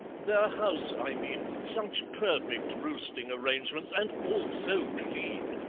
their house, i mean such perfect roosting arrangements, and all so clean,